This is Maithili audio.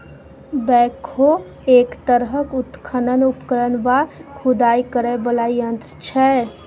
बैकहो एक तरहक उत्खनन उपकरण वा खुदाई करय बला यंत्र छै